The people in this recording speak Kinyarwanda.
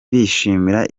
bishimira